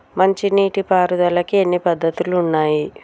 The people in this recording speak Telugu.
మంచి నీటి పారుదలకి ఎన్ని పద్దతులు ఉన్నాయి?